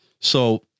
So-